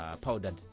Powdered